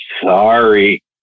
Sorry